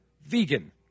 vegan